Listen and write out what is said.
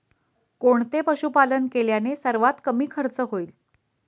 कोणते पशुपालन केल्याने सर्वात कमी खर्च होईल?